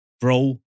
bro